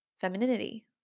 Femininity